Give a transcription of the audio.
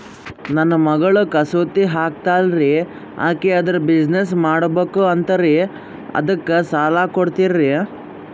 ನನ್ನ ಮಗಳು ಕಸೂತಿ ಹಾಕ್ತಾಲ್ರಿ, ಅಕಿ ಅದರ ಬಿಸಿನೆಸ್ ಮಾಡಬಕು ಅಂತರಿ ಅದಕ್ಕ ಸಾಲ ಕೊಡ್ತೀರ್ರಿ?